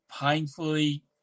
painfully